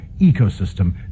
ecosystem